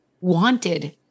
wanted